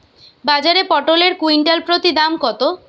বাজারে পটল এর কুইন্টাল প্রতি দাম কত?